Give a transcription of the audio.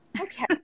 Okay